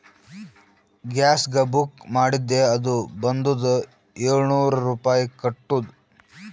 ಗ್ಯಾಸ್ಗ book ಮಾಡಿದ್ದೆ ಅದು ಬಂದುದ ಏಳ್ನೂರ್ ರುಪಾಯಿ ಕಟ್ಟುದ್